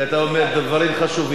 כי אתה אומר דברים חשובים.